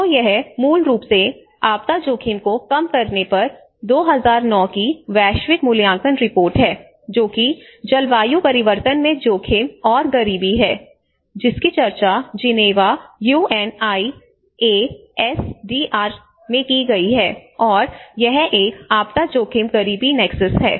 तो यह मूल रूप से आपदा जोखिम को कम करने पर 2009 की वैश्विक मूल्यांकन रिपोर्ट है जो कि जलवायु परिवर्तन में जोखिम और गरीबी है जिसकी चर्चा Geneva U N I S D R में की गई है और यह एक आपदा जोखिम गरीबी नेक्सस है